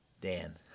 Dan